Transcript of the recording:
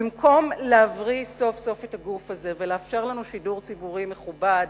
במקום להבריא סוף-סוף את הגוף הזה ולאפשר לנו שידור ציבורי מכובד,